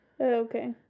Okay